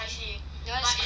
that [one] is crazy